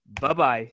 Bye-bye